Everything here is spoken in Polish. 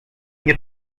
nie